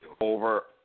over